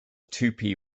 tupi